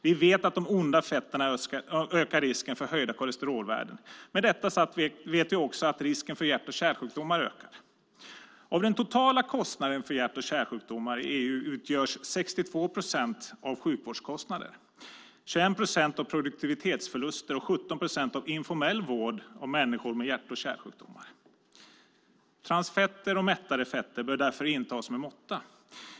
Vi vet att de "onda" fetterna ökar risken för höjda kolesterolvärden. Med detta sagt vet vi också att risken för hjärt och kärlsjukdomar ökar. Av den totala kostnaden för hjärt-kärlsjukdomar i EU utgörs 62 procent av sjukvårdskostnader, 21 procent av produktivitetsförluster och 17 procent av informell vård av människor med hjärt och kärlsjukdomar. Transfetter och mättade fetter bör därför intas med måtta.